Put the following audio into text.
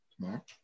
tomorrow